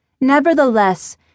Nevertheless